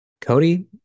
Cody